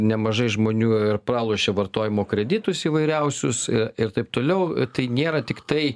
nemažai žmonių ir pralošė vartojimo kreditus įvairiausius ir taip toliau tai nėra tiktai